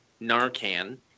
Narcan